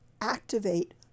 activate